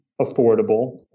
affordable